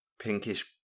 pinkish